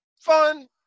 fun